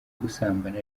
gusambana